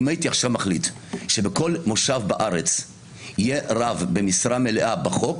אם הייתי עכשיו מחליט שבכל מושב בארץ יהיה רב במשרה מלאה בחוק,